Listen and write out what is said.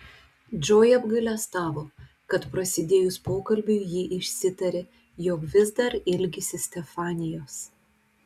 džoja apgailestavo kad prasidėjus pokalbiui ji išsitarė jog vis dar ilgisi stefanijos